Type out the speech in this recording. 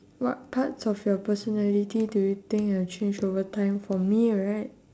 what parts of your personality do you think have change over time for me right